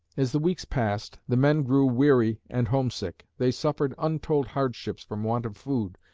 as the weeks passed, the men grew weary and homesick. they suffered untold hardships from want of food,